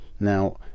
now